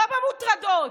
לא במוטרדות.